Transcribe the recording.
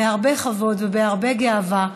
בהרבה כבוד ובהרבה גאווה,